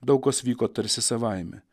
daug kas vyko tarsi savaime